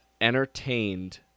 entertained